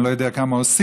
אני לא יודע כמה עושים,